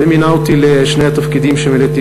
ומינה אותי לשני התפקידים שמילאתי